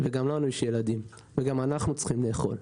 וגם לנו יש ילדים וגם אנחנו צריכים לאכול.